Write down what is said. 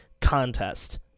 contest